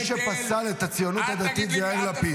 מי שפסל אותה זה יאיר לפיד.